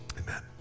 amen